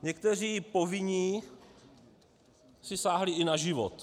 Někteří povinní si sáhli i na život.